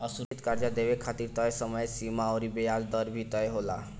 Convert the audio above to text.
असुरक्षित कर्जा के देवे खातिर तय समय सीमा अउर ब्याज दर भी तय होला